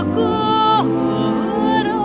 good